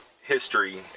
history